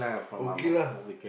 okay lah